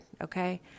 okay